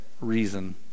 reason